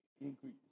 Increase